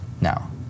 Now